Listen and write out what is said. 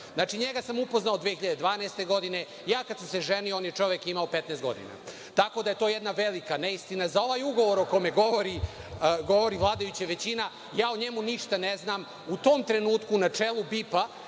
bio. NJega sam upoznao 2012. godine. Kada sam se ženio ,on je čovek imao 15 godina, tako da je to jedna velika neistina.Za ovaj ugovor o kome govori vladajuća većina, o njemu ništa ne znam. U tom trenutku na čelu BIP-a